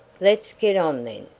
let's get on then,